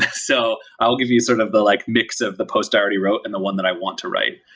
so i'll give you sort of the like mix of the post i already wrote and the one that i want to write.